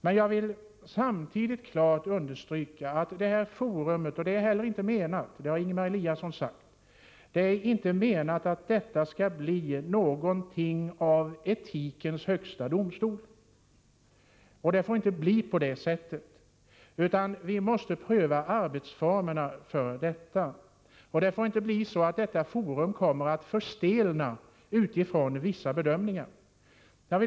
Men jag vill samtidigt klart markera att detta forum inte skall bli något av etikens högsta domstol — att det inte är meningen har Ingemar Eliasson redan sagt. Det får inte bli på det sättet, utan vi måste pröva arbetsformerna för detta forum, som inte får förstelna utifrån vissa bedömningar.